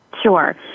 Sure